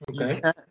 Okay